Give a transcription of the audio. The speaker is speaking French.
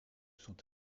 sont